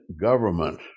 government